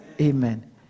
Amen